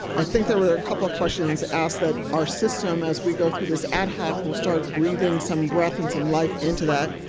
i think there were a couple questions asked that our system as we go through this ad hoc will some reading some breath and some life into that.